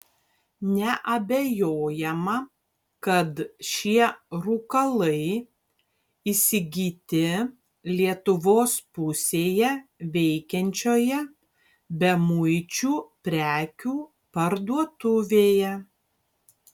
neabejojama kad šie rūkalai įsigyti lietuvos pusėje veikiančioje bemuičių prekių parduotuvėje